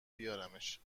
بیارمش